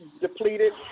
depleted